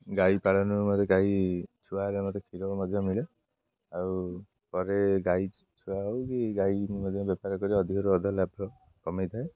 ଗାଈ ପାଳନରୁ ମତେ ଗାଈ ଛୁଆ ହେଲେ ମତେ କ୍ଷୀର ମଧ୍ୟ ମିଳେ ଆଉ ପରେ ଗାଈ ଛୁଆ ହଉ କି ଗାଈ ମଧ୍ୟ ବେପାର କରି ଅଧିକରୁ ଅଧା ଲାଭ କମାଇଥାଏ